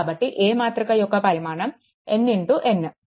కాబట్టి A మాతృక యొక్క పరిమాణం n n